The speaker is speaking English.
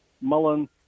Mullen